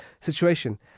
situation